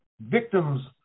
victims